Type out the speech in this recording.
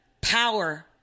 power